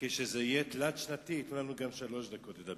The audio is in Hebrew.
כשזה יהיה תלת-שנתי, ייתנו לנו גם שלוש דקות לדבר.